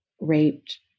raped